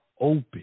open